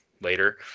later